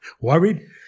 Worried